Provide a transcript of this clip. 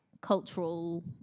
cultural